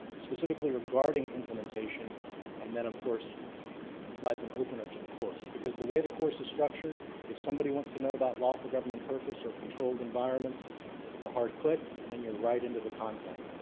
specifically regarding implementation and then of course provides an opener to the course. because the way the course is structured if somebody wants to know about lawful government purpose or controlled environments it's a hard click and then you're right into the content.